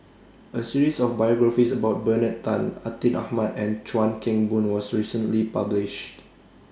A series of biographies about Bernard Tan Atin Amat and Chuan Keng Boon was recently published